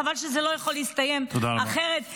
חבל שזה לא יכול להסתיים אחרת -- תודה רבה.